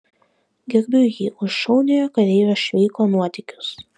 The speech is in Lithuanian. gerbiu jį už šauniojo kareivio šveiko nuotykius